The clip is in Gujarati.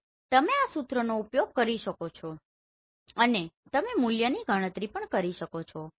તો તમે આ સૂત્રનો ઉપયોગ કરી શકો છો અને તમે મૂલ્યની ગણતરી કરી શકો છો